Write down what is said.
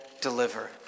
deliver